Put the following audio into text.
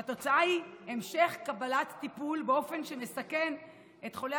והתוצאה היא המשך קבלת טיפול באופן שמסכן את חולי